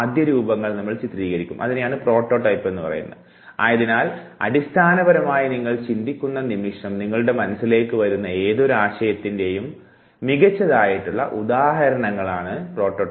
ആയതിനാൽ അടിസ്ഥാനപരമായി നിങ്ങൾ ചിന്തിക്കുന്ന നിമിഷം നിങ്ങളുടെ മനസ്സിലേക്ക് വരുന്ന ഏതൊരു ആശയത്തിൻറെയും മികച്ചതായിട്ടുള്ള ഉദാഹരണമാകുന്നിവ